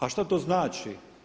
A što to znači?